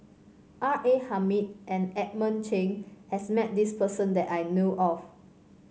R A Hamid and Edmund Cheng has met this person that I know of